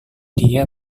dia